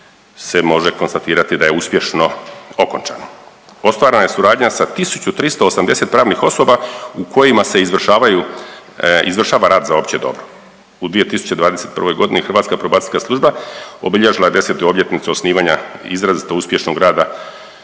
se može konstatirati da je uspješno okončano. Ostvarena je suradnja sa 1380 pravnih osoba u kojima se izvršavaju, izvršava rad za opće dobro. U 2021.g. Hrvatska probacijska služba obilježila je 10. obljetnicu osnivanja izrazito uspješnog rada